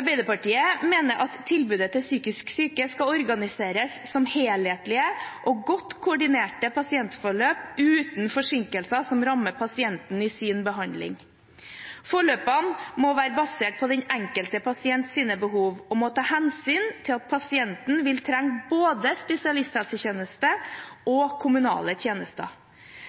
Arbeiderpartiet mener at tilbudet til psykisk syke skal organiseres som helhetlige og godt koordinerte pasientforløp uten forsinkelser som rammer pasienten i sin behandling. Forløpene må være basert på den enkelte pasients behov og må ta hensyn til at pasienten vil trenge både spesialisthelsetjeneste og kommunale tjenester.